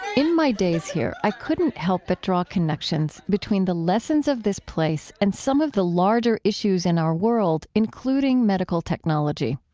in my days here, i couldn't help but draw connections between the lessons of this place and some of the larger issues in our world, including medical technology.